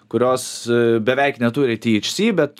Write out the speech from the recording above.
kurios beveik neturi tyeičsy bet